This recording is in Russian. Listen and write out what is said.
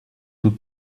тут